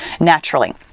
naturally